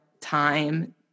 time